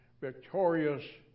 victorious